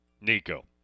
Nico